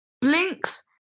blinks